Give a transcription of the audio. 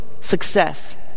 success